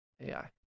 AI